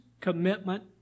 commitment